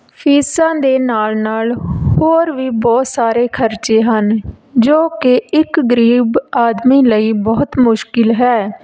ਫੀਸਾਂ ਦੇ ਨਾਲ ਨਾਲ ਹੋਰ ਵੀ ਬਹੁਤ ਸਾਰੇ ਖਰਚੇ ਹਨ ਜੋ ਕਿ ਇੱਕ ਗਰੀਬ ਆਦਮੀ ਲਈ ਬਹੁਤ ਮੁਸ਼ਕਿਲ ਹੈ